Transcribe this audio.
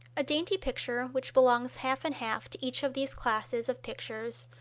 a dainty picture which belongs half and half to each of these classes of pictures,